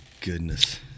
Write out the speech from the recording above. goodness